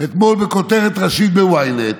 אתמול בכותרת ראשית ב-ynet,